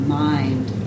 mind